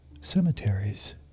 cemeteries